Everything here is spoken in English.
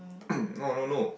no no no